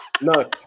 No